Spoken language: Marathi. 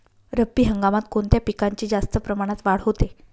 रब्बी हंगामात कोणत्या पिकांची जास्त प्रमाणात वाढ होते?